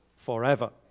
forever